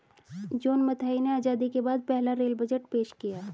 John Mathai ने आजादी के बाद पहला रेल बजट पेश किया